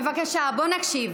בבקשה, בואו נקשיב.